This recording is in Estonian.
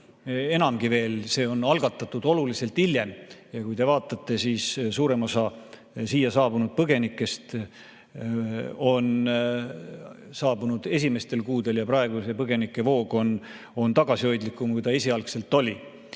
Enamgi veel, see on algatatud oluliselt hiljem. Ja kui te vaatate, siis suurem osa siia saabunud põgenikest on saabunud esimestel kuudel ja praegu see põgenike voog on tagasihoidlikum, kui ta esialgu oli.